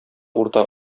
урта